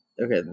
Okay